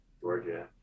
Georgia